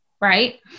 Right